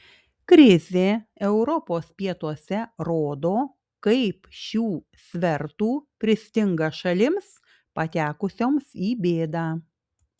krizė europos pietuose rodo kaip šių svertų pristinga šalims patekusioms į bėdą